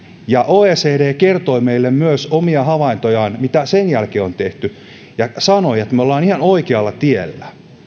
oecd kertoi meille myös omia havaintojaan mitä sen jälkeen on tehty ja sanoi että me olemme ihan oikealla tiellä